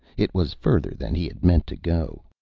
it was further than he had meant to go.